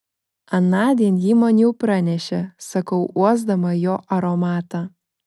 anądien ji man jau pranešė sakau uosdama jo aromatą